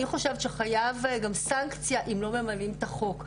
אני חושבת שחייב גם סנקציה אם לא ממלאים את החוק.